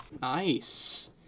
Nice